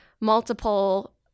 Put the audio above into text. multiple